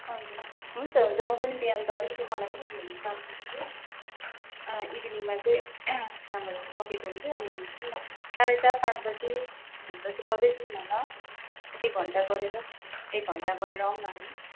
हजुर हुन्छ हुन्छ म पनि बिहान त अलिकति मलाई पनि भ्याउनु साह्रो पर्छ कि अँ इभिनिङमा चाहिँ कामहरू पनि सकेको हुन्छु अनि जाऔँ न साढे सात आठ बजीभित्र चाहिँ सधैँ जाऔँ न ल एक घन्टा गरेर एक घन्टा गरेर आऊँ न हामी